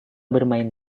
bermain